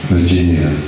Virginia